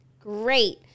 great